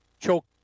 choke